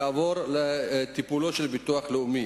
יעבור לביטוח הלאומי.